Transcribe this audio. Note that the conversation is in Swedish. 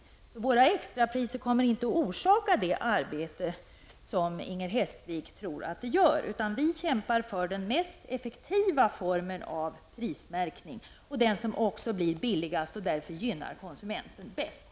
Vår modell för märkning av extrapriser kommer inte att orsaka det arbete som Inger Hestviks modell gör. Vi kämpar för den mest effektiva formen av valfri prismärkning, och det är också den som blir billigast och gynnar konsumenterna mest.